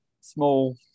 small